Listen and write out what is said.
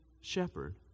shepherd